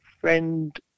friend